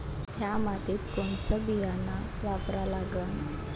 थ्या मातीत कोनचं बियानं वापरा लागन?